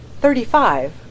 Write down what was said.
Thirty-five